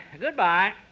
goodbye